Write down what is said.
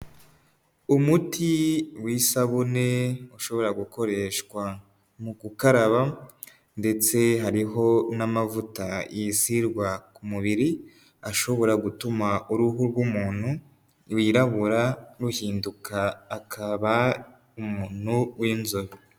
Umuti w'isabune ushobora gukoreshwa mu gukaraba ndetse hariho n'amavuta yisigwa ku mubiri, ashobora gutuma uruhu rw'umuntu wirabura ruhinduka, akaba umuntu w'inzobe.